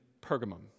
Pergamum